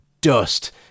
dust